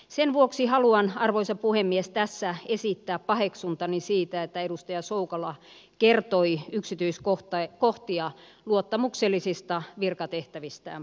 sen vuoksi haluan arvoisa puhemies tässä esittää paheksuntani siitä että edustaja soukola kertoi yksityiskohtia luottamuksellisista virkatehtävistään poliisina